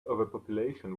overpopulation